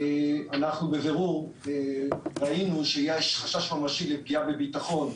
בבירור ראינו שיש חשש ממשי לפגיעה בביטחון,